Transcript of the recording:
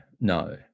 no